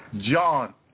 John